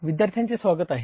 विद्यार्थ्यांचे स्वागत आहे